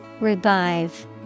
Revive